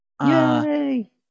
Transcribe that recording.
Yay